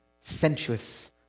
sensuous